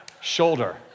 shoulder